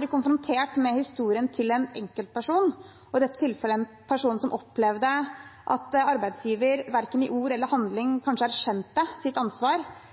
blir konfrontert med historien til en enkeltperson, i dette tilfellet en person som opplevde at arbeidsgiver verken i ord eller handling kanskje erkjente sitt ansvar